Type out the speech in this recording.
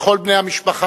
וכל בני המשפחה,